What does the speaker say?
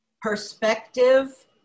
perspective